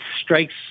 strikes